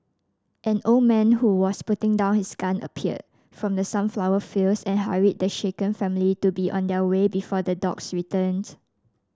an old man who was putting down his gun appeared from the sunflower fields and hurried the shaken family to be on their way before the dogs return